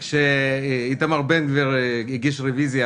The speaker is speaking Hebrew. כשאיתמר בן גביר הגיש רביזיה,